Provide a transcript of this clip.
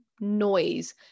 noise